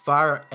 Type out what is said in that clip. Fire